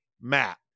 Matt